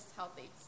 healthy